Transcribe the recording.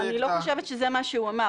אני לא חושבת שזה מה שהוא אמר.